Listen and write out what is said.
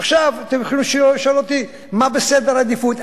עכשיו אתם יכולים לשאול אותי מה בסדר עדיפויות,